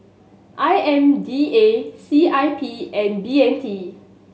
I M D A C I P and B M T